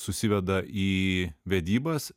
susiveda į vedybas